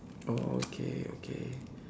oh okay okay